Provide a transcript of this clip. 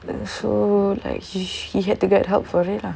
uh so like he he had to get help for it lah